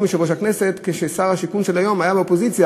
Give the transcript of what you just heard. יושב-ראש הכנסת כאשר שר השיכון של היום היה באופוזיציה,